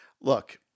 Look